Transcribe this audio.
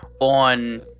on